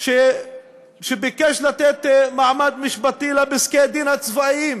שביקש לתת מעמד משפטי לפסקי-הדין הצבאיים